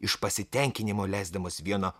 iš pasitenkinimo leisdamas vieną